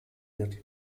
wird